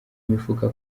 imifuka